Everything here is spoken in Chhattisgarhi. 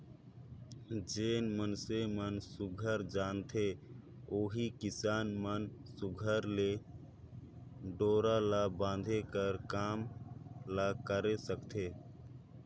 जेन मइनसे मन सुग्घर जानथे ओही किसान मन सुघर ले डोरा ल बांधे कर काम ल करे सकथे